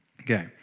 Okay